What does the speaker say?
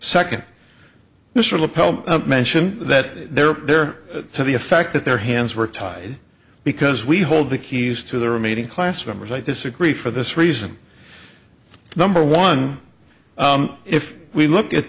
lepel mention that they're there to the effect that their hands were tied because we hold the keys to the remaining class members i disagree for this reason number one if we look at